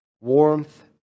warmth